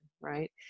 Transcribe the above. right